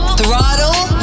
Throttle